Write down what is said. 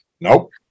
nope